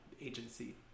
agency